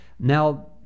Now